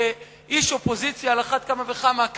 כאיש אופוזיציה על אחת כמה וכמה,